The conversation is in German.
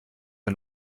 ein